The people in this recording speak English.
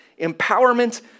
empowerment